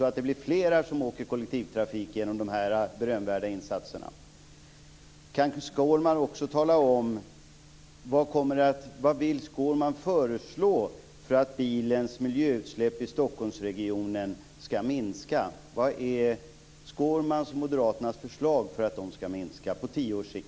Blir det fler som kommer att åka kollektivtrafik genom dessa berömvärda insatser?